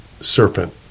serpent